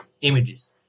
images